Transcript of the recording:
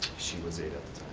she was eight ah